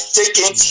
taking